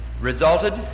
resulted